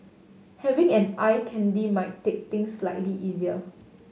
having an eye candy might take things slightly easier